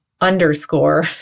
underscore